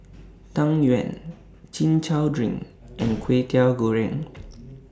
Tang Yuen Chin Chow Drink and Kway Teow Goreng